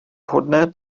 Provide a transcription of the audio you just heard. vhodné